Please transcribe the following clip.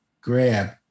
grab